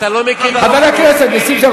חבר הכנסת נסים זאב.